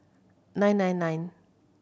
nine nine nine